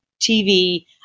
TV